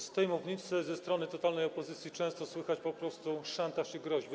Z tej mównicy ze strony totalnej opozycji często słychać po prostu szantaż i groźby.